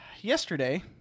yesterday